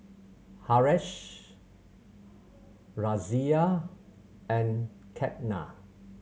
Haresh Razia and Ketna